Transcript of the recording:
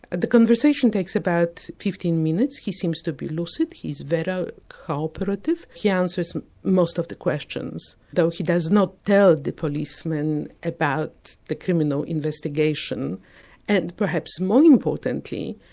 and the conversation takes about fifteen minutes, he seems to be lucid, he's very co-operative, he answers most of the questions, though she does not tell the policemen about the criminal investigation and, perhaps more importantly,